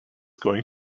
going